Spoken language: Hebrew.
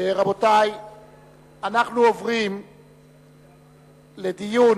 אנחנו עוברים לדיון